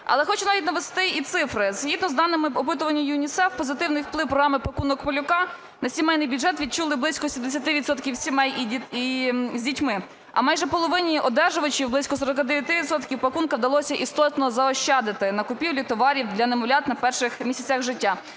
Але хочу навести і цифри. Згідно з даними опитування ЮНІСЕФ, позитивний вплив програми "Пакунок малюка" на сімейний бюджет відчули близько 70 відсотків сімей із дітьми. А майже половині одержувачів, близько 49 відсотків, пакунка вдалося істотно заощадити на купівлі товарів для немовлят на перших місяцях життя.